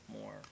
more